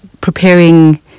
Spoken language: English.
preparing